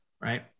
right